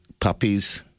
puppies